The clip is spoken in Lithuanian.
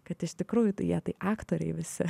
kad iš tikrųjų tai jie tai aktoriai visi